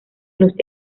los